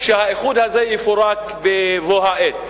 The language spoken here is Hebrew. שהאיחוד הזה יפורק בבוא העת,